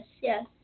yes